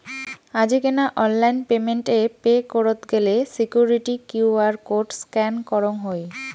আজিকেনা online payment এ pay করত গেলে সিকুইরিটি কিউ.আর কোড স্ক্যান করঙ হই